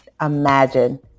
imagine